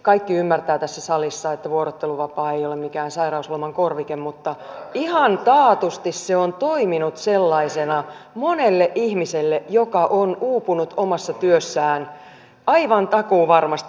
kaikki ymmärtävät tässä salissa että vuorotteluvapaa ei ole mikään sairausloman korvike mutta ihan taatusti se on toiminut sellaisena monelle ihmiselle joka on uupunut omassa työssään aivan takuuvarmasti